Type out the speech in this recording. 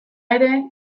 ere